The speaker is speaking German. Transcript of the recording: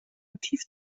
aktiv